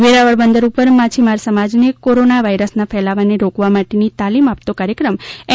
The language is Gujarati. વેરાવળ બંદર ઉપર માછીમાર સમાજને કોરોના વાયરસના ફેલાવાને રોકવા માટેની તાલીમ આપતો કાર્યક્રમ એન